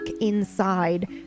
inside